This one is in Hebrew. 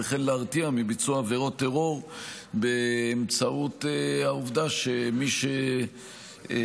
וכן להרתיע מביצוע עבירות טרור באמצעות העובדה שמי שיפעל